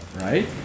right